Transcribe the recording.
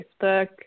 Facebook